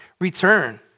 return